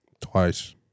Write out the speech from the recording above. Twice